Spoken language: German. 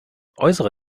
äußere